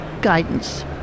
guidance